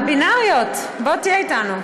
ביטן, זה הבינאריות, בוא תהיה איתנו.